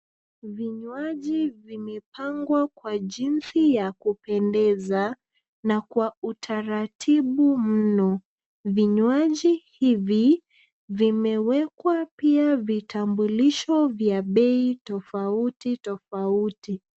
Vinywaji vimepangwa kwa jinsi ya kupendeza, na kwa utaratibu mno. Vinywaji hivi, vimewekwa pia vitambulisho vya bei tofauti tofauti.